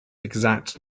exact